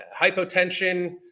hypotension